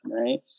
right